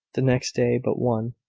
the next day but one,